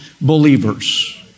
believers